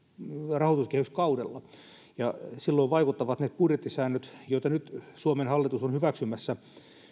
rahoituskehyskaudella ja silloin vaikuttavat ne budjettisäännöt joita nyt suomen hallitus on hyväksymässä